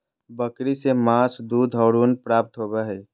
बकरी से मांस, दूध और ऊन प्राप्त होबय हइ